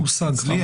הושג כבר.